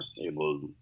able